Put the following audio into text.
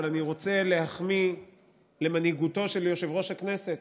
אבל אני רוצה להחמיא למנהיגותו של יושב-ראש הכנסת.